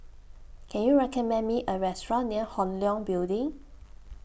Can YOU recommend Me A Restaurant near Hong Leong Building